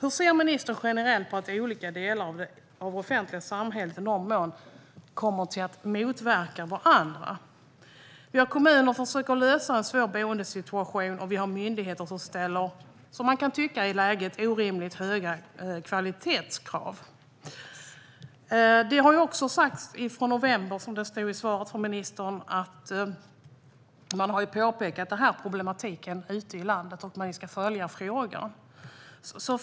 Hur ser ministern generellt på att olika delar av det offentliga samhället i någon mån kommer att motverka varandra? Vi har kommuner som försöker lösa en svår boendesituation, och vi har myndigheter som man kan tycka ställer orimliga kvalitetskrav i detta läge. Som ministern sa i sitt svar pekade man i november på denna problematik ute i landet och att man ska följa frågan.